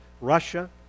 Russia